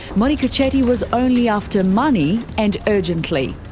monika chetty was only after money, and urgently.